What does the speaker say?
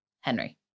Henry